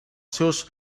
seus